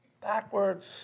Backwards